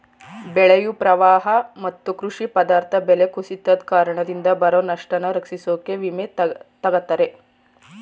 ಬೆಳೆಯು ಪ್ರವಾಹ ಮತ್ತು ಕೃಷಿ ಪದಾರ್ಥ ಬೆಲೆ ಕುಸಿತದ್ ಕಾರಣದಿಂದ ಬರೊ ನಷ್ಟನ ರಕ್ಷಿಸೋಕೆ ವಿಮೆ ತಗತರೆ